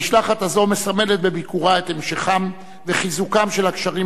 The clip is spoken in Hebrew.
המשלחת הזו מסמלת בביקורה את המשכם וחיזוקם של הקשרים